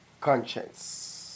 Conscience